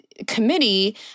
committee